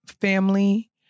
family